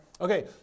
Okay